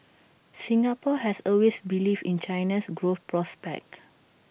Singapore has always believed in China's growth prospects